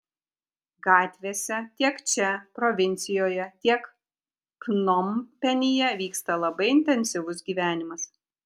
gatvėse tiek čia provincijoje tiek pnompenyje vyksta labai intensyvus gyvenimas